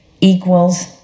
equals